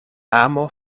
amo